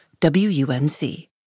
WUNC